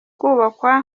kubakwa